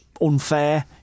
unfair